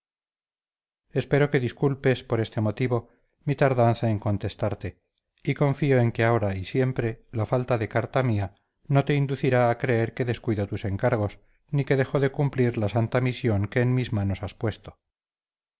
espero que disculpes por este motivo mi tardanza en contestarte y confío en que ahora y siempre la falta de carta mía no te inducirá a creer que descuido tus encargos ni que dejo de cumplir la santa misión que en mis manos has puesto